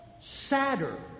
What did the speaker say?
sadder